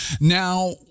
Now